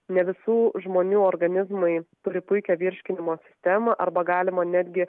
ne visų žmonių organizmai turi puikią virškinimo sistemą arba galima netgi